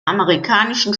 amerikanischen